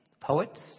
Poets